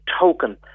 token